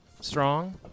Strong